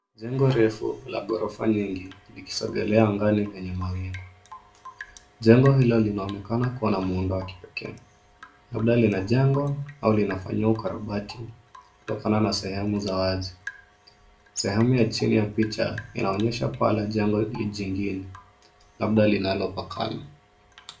Jengo refu la gorofa nyingi likisongelea angani lenye mawingu. Jengo hilo linaonekana kuwa na muundo wa kipekee labda linajengwa au linafanyiwa ukarabati kutokana na sehemu za wazi. Sehemu ya chini ya picha, inaonyesha paa la jengo jingine labda linalopakali.